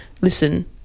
listen